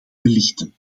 belichten